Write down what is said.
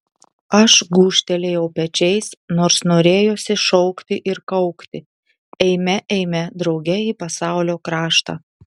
aš gūžtelėjau pečiais nors norėjosi šaukti ir kaukti eime eime drauge į pasaulio kraštą